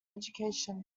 education